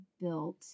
built